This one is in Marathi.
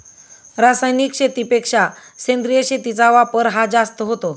रासायनिक शेतीपेक्षा सेंद्रिय शेतीचा वापर हा जास्त होतो